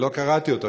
כי לא קראתי אותו.